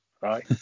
Right